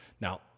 Now